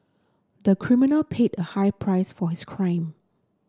the criminal paid a high price for his crime